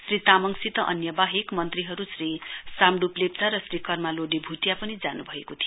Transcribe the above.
श्री तामाङसित अन्य वाहेक मन्त्रीहरु श्री साम्ड्प लेप्चा र श्री कर्मा लोडे भ्टिया पनि जानुभएको थियो